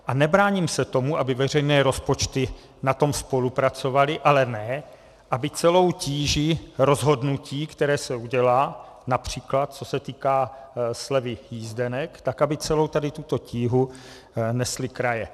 A nebráním se tomu, aby veřejné rozpočty na tom spolupracovaly, ale ne aby celou tíži rozhodnutí, které se udělá, např. co se týká slevy jízdenek, tak aby celou tuto tíhu nesly kraje.